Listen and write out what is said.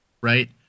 Right